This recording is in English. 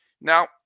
Now